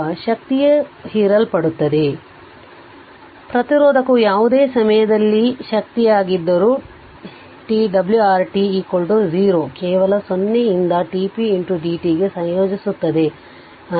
ಈಗ ಶಕ್ತಿಯು ಹೀರಲ್ಪಡುತ್ತದೆ ಪ್ರತಿರೋಧಕವು ಯಾವುದೇ ಸಮಯದಲ್ಲಿ ಶಕ್ತಿಯಾಗಿದ್ದರೂ t W R t 0 ಕೇವಲ 0 ರಿಂದ t p dt ಗೆ ಸಂಯೋಜಿಸುತ್ತದೆ